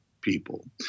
people